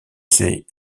ses